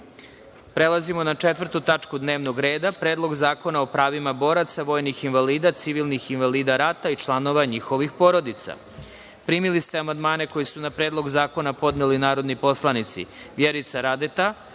celini. Prelazimo na Četvrtu tačku dnevnog reda – Predlog zakona o pravima boraca, vojnih invalida, civilnih invalida rata i članova njihovih porodica. Primili ste amandmane koje su na Predlog zakona podneli narodni poslanici: Vjerica Radeta,